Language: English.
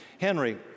Henry